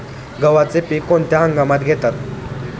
गव्हाचे पीक कोणत्या हंगामात घेतात?